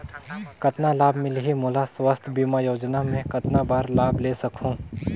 कतना लाभ मिलही मोला? स्वास्थ बीमा योजना मे कतना बार लाभ ले सकहूँ?